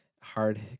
hard